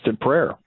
prayer